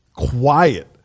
Quiet